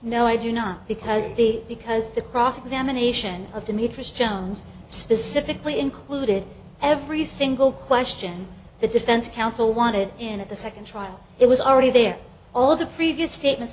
no i do not because the because the cross examination of demetrius jones specifically included every single question the defense counsel wanted in the second trial it was already there all of the previous